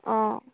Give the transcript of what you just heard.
অঁ